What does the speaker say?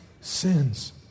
sins